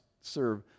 serve